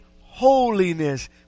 holiness